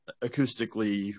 acoustically